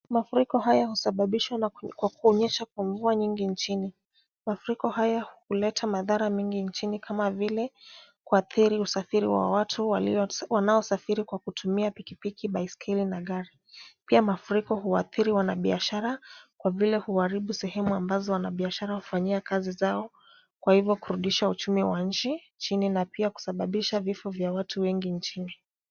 Mafuriko haya husababishwa na kunyesha kwa mvua nyingi nchini. Mafuriko haya huleta madhara mengi nchini kama vile kuathiri usafiri wa watu wanaosafiri kwa kutumia pikipiki, baiskeli na gari. Pia mafuriko huathiri wanabiashara kwa vile huaribu sehemu ambazo wanabiashara hufanyia kazi zao kwa hivyo kurudisha uchumi wa nchi chini na pia kusababisha vifo vya watu wengi nchini.